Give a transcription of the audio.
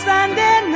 Sunday